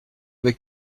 avec